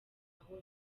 aho